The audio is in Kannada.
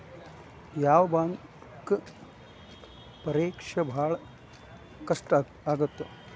ಯಾವ್ ಬ್ಯಾಂಕ್ ಪರೇಕ್ಷೆ ಭಾಳ್ ಕಷ್ಟ ಆಗತ್ತಾ?